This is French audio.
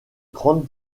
grande